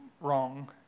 wrong